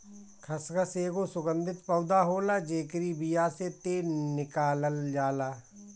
खसखस एगो सुगंधित पौधा होला जेकरी बिया से तेल निकालल जाला